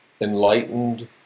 enlightened